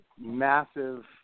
massive